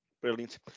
Brilliant